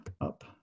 up